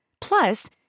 Plus